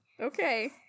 Okay